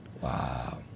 Wow